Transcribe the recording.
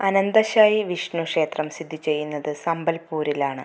അനന്തശായി വിഷ്ണു ക്ഷേത്രം സ്ഥിതി ചെയ്യുന്നത് സംബൽപൂരിലാണ്